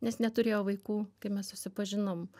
nes neturėjo vaikų kai mes susipažinom